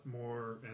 more